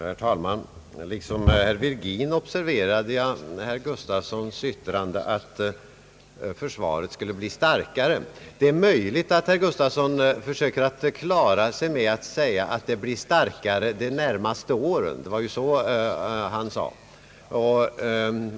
Herr talman! Liksom herr Virgin observerade jag herr Gustavssons yttrande att försvaret skulle bli starkare. Det är möjligt att herr Gustavsson försöker klara sig med att säga att det blir starkare under de närmaste åren; det var ju så hans ord föll.